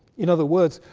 in other words,